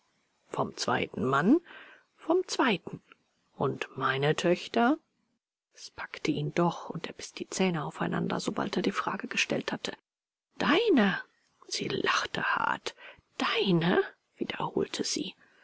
vom zweiten mann vom zweiten und meine töchter es packte ihn doch und er biß die zähne aufeinander sobald er die frage gestellt hatte deine sie lachte hart deine wiederholte sie